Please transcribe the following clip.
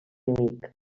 enemic